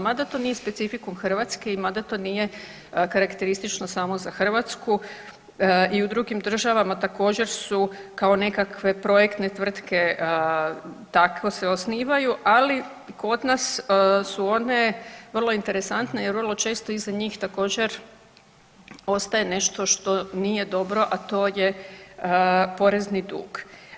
Mada to nije specifikum Hrvatske i mada to nije karakteristično samo i u drugim državama također su kao nekakve projektne tvrtke tako se osnivaju ali kod nas su one vrlo interesantne jer vrlo često iza njih također ostaje nešto što nije dobro, a to je porezni dug.